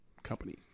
company